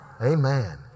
Amen